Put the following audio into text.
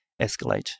escalate